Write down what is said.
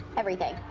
everything,